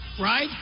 right